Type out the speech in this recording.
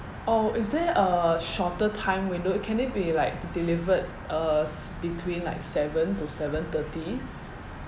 oh is there a shorter time window can it be like delivered uh s~ between like seven to seven thirty